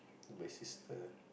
and my sister